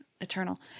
eternal